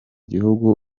gihugu